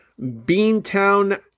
Beantown